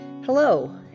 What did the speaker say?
Hello